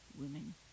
women